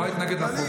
לא מסכימה איתך.